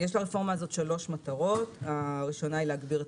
לרפורמה הזאת יש שלוש מטרות: הראשונה היא להגביר את